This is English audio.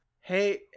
hey